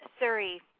Surrey